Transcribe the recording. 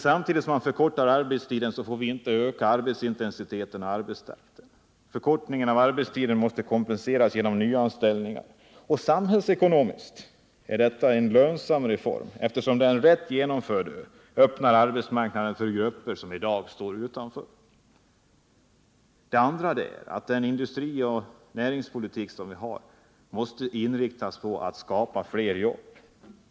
Samtidigt som man förkortar arbetstiden får man inte öka arbetsintensiteten och arbetstakten. Förkortningen av arbetstiden måste kompenseras genom nyanställningar. Samhällsekonomiskt är detta en lönsam reform som, om den genomförs rätt, öppnar arbetsmarknaden för grupper som i dag står utanför. För det andra måste industrioch näringspolitiken inriktas på att skapa fler jobb.